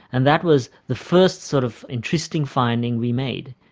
and that was the first sort of interesting finding we made.